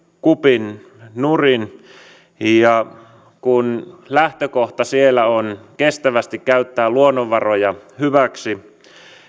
kupin nurin kun lähtökohta siellä on kestävästi käyttää luonnonvaroja hyväksi